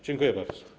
Dziękuję bardzo.